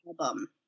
album